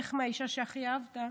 איך האישה שהכי אהבת,